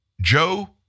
Joe